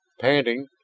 Panting